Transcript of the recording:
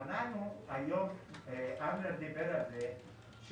היום דיבר אבנר על זה,